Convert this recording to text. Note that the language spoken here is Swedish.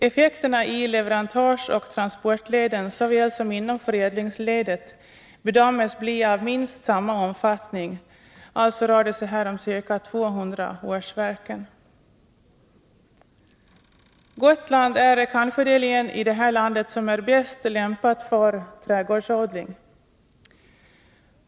Effekterna i leverantörsoch transportleden såväl som inom förädlingsledet bedöms bli av minst samma omfattning. Alltså rör det sig här om ca 200 årsverken. Gotland är kanske det län i det här landet som är bäst lämpat för trädgårdsodling.